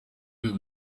uhora